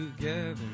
together